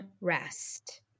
rest